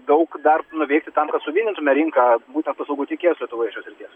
daug dar nuveikti tam kad suvienytumėme rinką būtent paslaugų tiekėjus lietuvoje šios srities